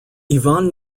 ivan